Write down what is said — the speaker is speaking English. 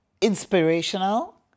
inspirational